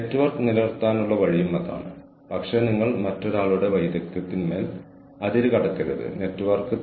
ഇത് ഒരു top down സമീപനമാണ് അവിടെ ഓർഗനൈസേഷനൽ സംവിധാനങ്ങൾ ആദ്യം സ്ഥാപിക്കപ്പെടുന്നു